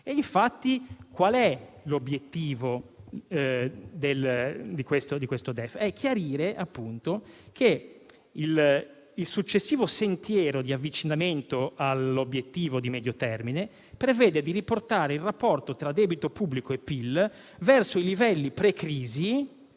è, infatti, l'obiettivo di questo DEF? È chiarire che il successivo sentiero di avvicinamento all'Obiettivo di medio termine prevede di riportare il rapporto tra debito pubblico e PIL verso i livelli pre-crisi